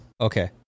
Okay